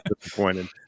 disappointed